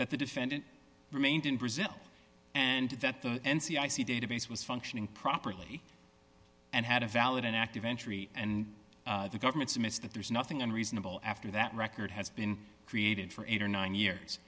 that the defendant remained in brazil and that the n c i c database was functioning properly and had a valid and active entry and the government's missed that there's nothing unreasonable after that record has been created for eight or nine years